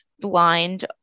blind